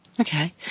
Okay